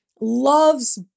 loves